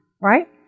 Right